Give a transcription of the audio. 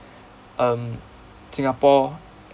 um singapore